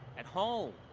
at home.